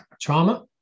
trauma